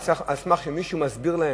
על סמך זה שמישהו מסביר להם?